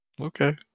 Okay